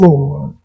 Lord